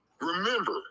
Remember